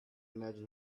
imagine